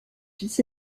fils